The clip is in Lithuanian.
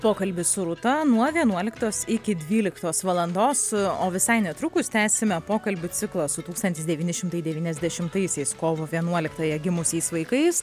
pokalbis su rūta nuo vienuoliktos iki dvyliktos valandos o visai netrukus tęsime pokalbių ciklą su tūkstantis devyni šimtai devyniasdešimtaisiais kovo vienuoliktąją gimusiais vaikais